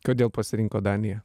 kodėl pasirinkot daniją